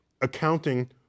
accounting